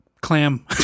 clam